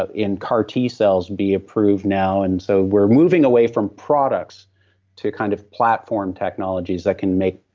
ah in car t-cells be approved now. and so we're moving away from products to kind of platform technologies that can make,